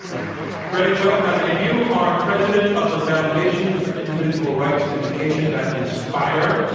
um greg, welcome. and you are president of the foundation for individual rights and education, that is fire,